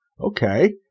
Okay